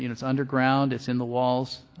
you know it's underground. it's in the walls.